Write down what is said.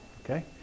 Okay